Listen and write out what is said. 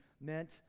meant